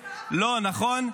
לא, נכון?